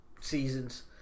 seasons